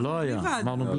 זה לא היה, אמרנו בלי.